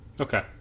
Okay